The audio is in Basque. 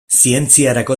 zientziarako